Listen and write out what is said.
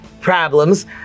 problems